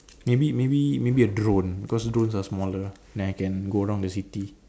maybe maybe maybe a drone cause drone are smaller ah then I can go around the city